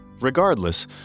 Regardless